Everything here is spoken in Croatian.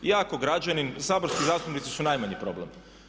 Ja kao građanin, saborski zastupnici su najmanji problem.